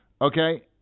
Okay